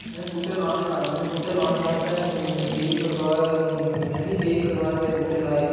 में बूह्टे लाने में बूह्टे लाने आस्तै केईं प्रकार में बी केईं प्रकार दे बूह्टे लाए